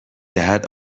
دهد